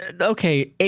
okay